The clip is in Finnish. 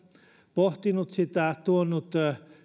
pohtinut ja tuonut